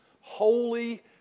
holy